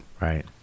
Right